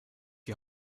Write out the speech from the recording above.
die